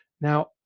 Now